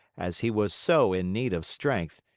as he was so in need of strength,